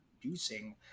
producing